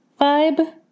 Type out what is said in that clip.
vibe